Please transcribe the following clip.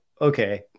Okay